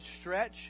stretch